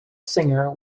singer